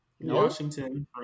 Washington